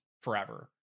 forever